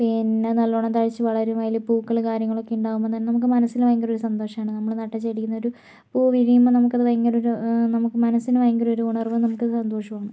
പിന്നെ നല്ലോണം തഴച്ച് വളരും അതില് പൂക്കള് കാര്യങ്ങളൊക്കെ ഉണ്ടാകുമ്പോൾ തന്നെ മനസ്സിന് തന്നെ ഒരു സന്തോഷാണ് നമ്മള് നട്ട ചെടീന്നൊരു പൂ വിരിയുമ്പോൾ നമുക്കത് ഭയങ്കര ഒരു നമുക്ക് മനസ്സിന് ഭയങ്കര ഒരു ഉണർവ് നമുക്കൊരു സന്തോഷോണ്